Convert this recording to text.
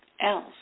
else